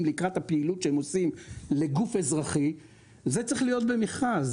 לקראת הפעילות שהם עושים לגוף אזרחי זה צריך להיות במכרז.